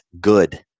good